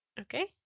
Okay